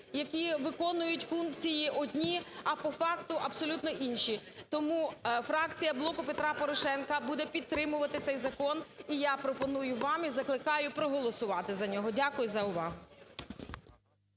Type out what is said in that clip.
які виконують функції одні, а по факту абсолютно інші. Тому фракція "Блоку Петра Порошенка" буде підтримувати цей закон. І я пропоную вас і закликаю проголосувати за нього. Дякую за увагу.